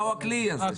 מה הוא הכלי הזה.